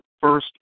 first